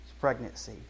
pregnancy